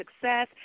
Success